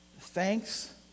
thanks